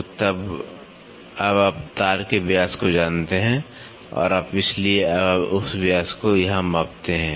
तो अब आप तार के व्यास को जानते हैं और आप इसलिए अब आप उस व्यास को यहाँ मापते हैं